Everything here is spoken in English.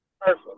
Perfect